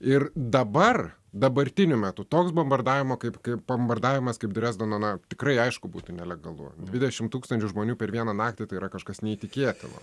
ir dabar dabartiniu metu toks bombardavimo kaip bombardavimas kaip dresdeno na tikrai aišku būtų nelegalu dvidešim tūkstančių žmonių per vieną naktį tai yra kažkas neįtikėtino